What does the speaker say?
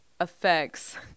effects